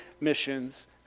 missions